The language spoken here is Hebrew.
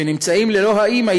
שנמצאים ללא האימא,